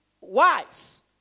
wise